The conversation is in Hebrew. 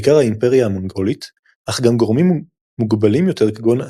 בעיקר האימפריה המונגולית אך גם גורמים מוגבלים יותר כגון המגיארים.